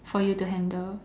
for you to handle